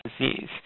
disease